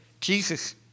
Jesus